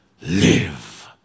live